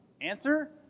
Answer